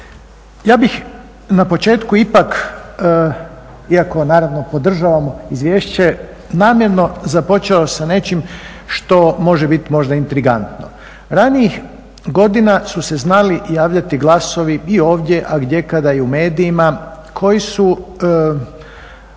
Ja bih na početku ipak, iako naravno podržavam izvješće, namjerno započeo sa nečim što može biti možda intrigantno. Ranijih godina su se znali javljati glasovi i ovdje a gdjekada i u medijima koji su